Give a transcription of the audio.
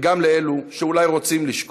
וגם לאלו שאולי רוצים לשכוח.